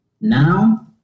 Now